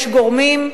יש גורמים,